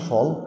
Fall